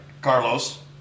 Carlos